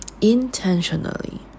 intentionally